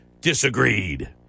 disagreed